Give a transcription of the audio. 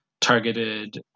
targeted